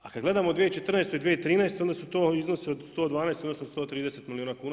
A kad gledamo 2014. i 2013. onda su to iznosi od 112, odnosno, 130 milijuna kuna.